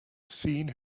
seen